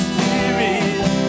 Spirit